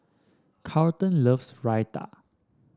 Carlton loves Raita